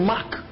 Mark